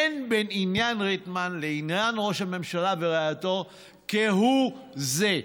אין בין עניין ריטמן לעניין ראש הממשלה ורעייתו כהוא זה.